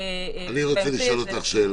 לדעתי, זה --- אני רוצה לשאול אותך שאלה.